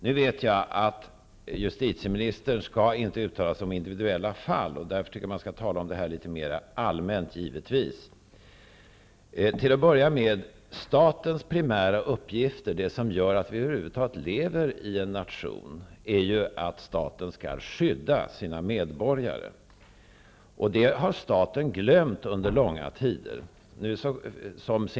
Jag vet att justitieministern inte skall uttala sig om individuella fall, och därför skall vi givetvis tala om det här litet mera allmänt. En av statens primära uppgifter, som gör att vi över huvud taget lever i en nation, är att skydda sina medborgare. Det har staten glömt under långa tider.